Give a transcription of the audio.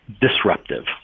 disruptive